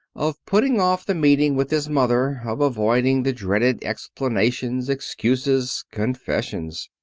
of putting off the meeting with his mother, of avoiding the dreaded explanations, excuses, confessions.